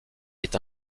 est